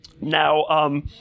Now